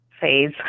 phase